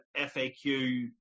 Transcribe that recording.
FAQ